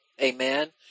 Amen